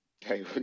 Hey